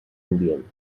ambient